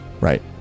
Right